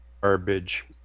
garbage